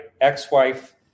ex-wife